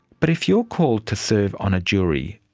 but if you're called to serve on a jury,